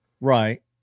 right